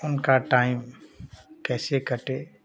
उनका टाइम कैसे कटे